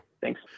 Thanks